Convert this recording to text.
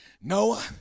Noah